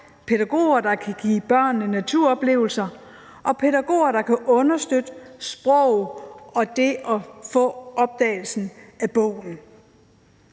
pædagoger, der kan give børnene naturoplevelser; og pædagoger, der kan understøtte sproget og det at få opdagelsen af bogen.